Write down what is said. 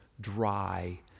dry